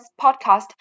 podcast